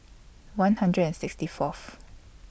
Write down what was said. one hundred and sixty Fourth